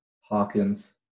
Hawkins